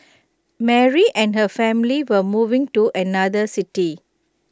Mary and her family were moving to another city